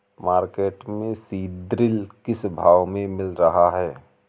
Market में सीद्रिल किस भाव में मिल रहा है?